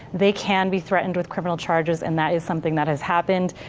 they can be threatened with criminal charges and that is something that has happened.